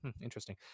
Interesting